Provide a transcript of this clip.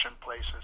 places